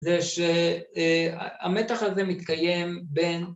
זה שהמתח הזה מתקיים בין